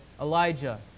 Elijah